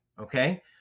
okay